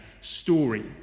story